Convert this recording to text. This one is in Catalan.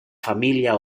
família